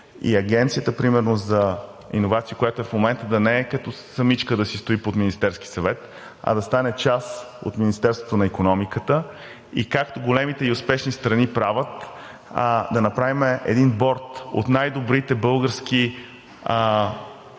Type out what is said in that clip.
например за иновации, която е в момента, да не стои самичка под Министерския съвет, а да стане част от Министерството на икономиката и както големите и успешни страни правят, да направим един борд от най-добрите български